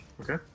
Okay